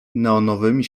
neonowymi